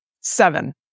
Seven